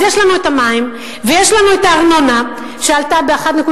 אז יש לנו המים, ויש לנו הארנונה, שעלתה ב-1.4%,